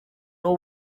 n’u